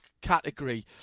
category